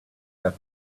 that